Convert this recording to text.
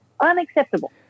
unacceptable